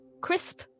crisp